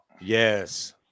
Yes